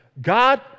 God